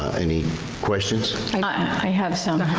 any questions? i have some.